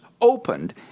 opened